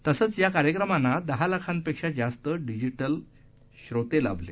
तसंच या कार्यक्रमांना दहा लाखापेक्षा जास्त डिजिटल प्रेक्षक लाभले